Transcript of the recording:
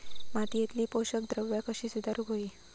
मातीयेतली पोषकद्रव्या कशी सुधारुक होई?